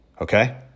okay